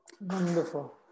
Wonderful